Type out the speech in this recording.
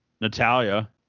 Natalia